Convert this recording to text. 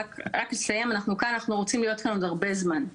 אנחנו רוצים להיות כאן עוד הרבה זמן,